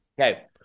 Okay